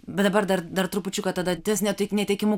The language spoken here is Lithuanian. bet dabar dar dar trupučiuką tada ne taip netekimu